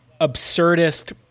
absurdist